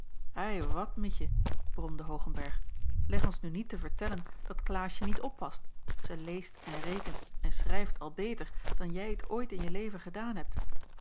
ei wat mietje bromde hoogenberg leg ons nu niet te vertellen dat klaasje niet oppast zij leest en rekent en schrijft al beter dan jij t ooit in je leven gedaan hebt